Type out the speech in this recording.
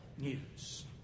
news